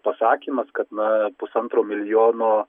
pasakymas kad na pusantro milijono